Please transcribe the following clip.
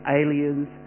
aliens